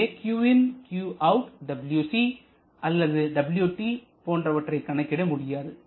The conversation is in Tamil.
எனவே qin qout wc அல்லது wt போன்றவற்றை கணக்கிட முடியாது